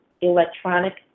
electronic